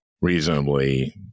reasonably